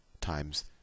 times